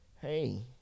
hey